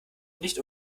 nicht